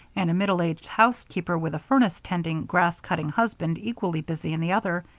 and a middle-aged housekeeper, with a furnace-tending, grass-cutting husband equally busy in the other,